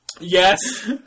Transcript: Yes